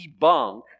debunk